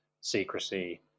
secrecy